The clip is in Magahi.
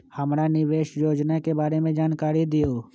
हमरा निवेस योजना के बारे में जानकारी दीउ?